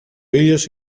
ήλιος